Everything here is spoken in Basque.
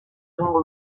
egingo